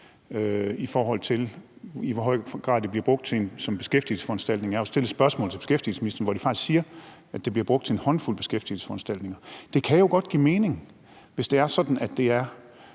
i forhold til i hvor høj grad det bliver brugt som en beskæftigelsesforanstaltning. Jeg har jo stillet et spørgsmål til beskæftigelsesministeren, som faktisk siger, at det bliver brugt til en håndfuld beskæftigelsesforanstaltninger, og det kan jo godt give mening, hvis det er sådan, at det er